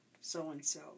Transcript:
so-and-so